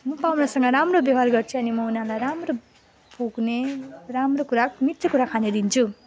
म पाहुनासँग राम्रो व्यवहार गर्छु अनि म उनीहरूलाई राम्रो फुक्ने राम्रो कुरा मिठो कुरा खाने दिन्छु